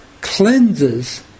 cleanses